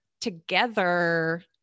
together